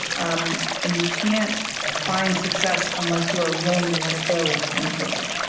um and you can't find success unless you are willing to let it go when it's over